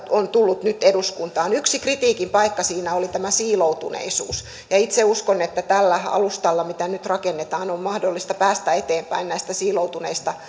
on tullut nyt eduskuntaan yksi kritiikin paikka siinä oli tämä siiloutuneisuus itse uskon että tällä alustalla mitä nyt rakennetaan on mahdollista päästä eteenpäin näistä siiloutuneista